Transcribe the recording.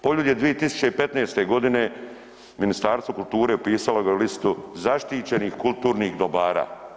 Poljud je 2015. godine Ministarstvo kulture upisalo ga u listu zaštićenih kulturnih dobara.